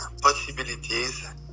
possibilities